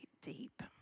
deep